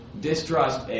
distrust